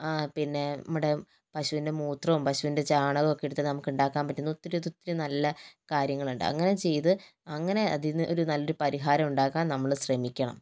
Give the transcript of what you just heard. ആ പിന്നെ നമ്മുടെ പശുവിൻ്റെ മൂത്രവും പശുവിൻ്റെ ചാണകവും എടുത്തിട്ട് നമുക്ക് ഉണ്ടാക്കാൻ പറ്റുന്ന ഒത്തിരി ഒത്തിരി നല്ല കാര്യങ്ങളുണ്ട് അങ്ങനെ ചെയ്ത് അങ്ങനെ അതിൽ നിന്ന് നല്ല ഒരു പരിഹാരം ഉണ്ടാക്കാൻ നമ്മൾ ശ്രമിക്കണം